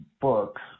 books